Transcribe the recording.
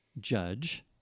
judge